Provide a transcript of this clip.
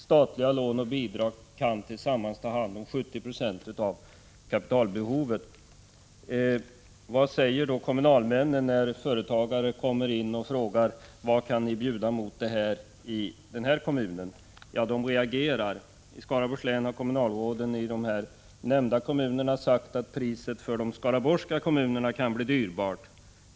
Statliga lån och bidrag kan tillsammans ta hand om 70 96 av kapitalbehovet. Vad säger då kommunalmännen, när företagare kommer in och frågar dem: Vad kan ni i er kommun bjuda mot det här? De reagerar, och i Skaraborgs län har kommunalråden i de nämnda kommunerna sagt att priset för de skaraborgska kommunerna kan bli högt.